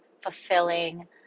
fulfilling